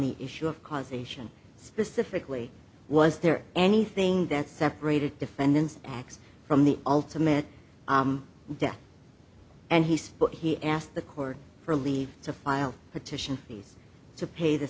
the issue of causation specifically was there anything that separated defendants x from the ultimate death and he spoke he asked the court for leave to file a petition fees to pay th